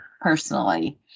Personally